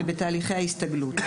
וכן בתהליכי ההסתגלות.